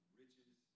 riches